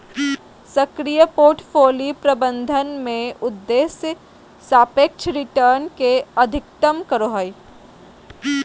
सक्रिय पोर्टफोलि प्रबंधन में उद्देश्य सापेक्ष रिटर्न के अधिकतम करो हइ